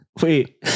Wait